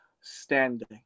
standing